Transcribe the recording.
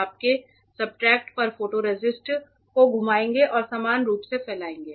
आपके सब्सट्रेट पर फोटोरेसिस्ट को घुमाएगा और समान रूप से फैलाएगा